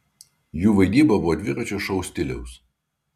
jų vaidyba buvo dviračio šou stiliaus